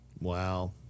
Wow